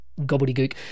gobbledygook